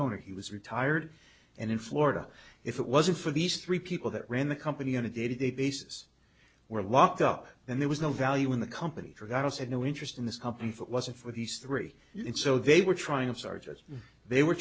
owner he was retired and in florida if it wasn't for these three people that ran the company on a day to day basis were locked up and there was no value in the company forgot us had no interest in this company for it wasn't for these three and so they were trying of charges they were